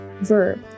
Verb